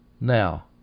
Now